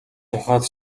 тухайд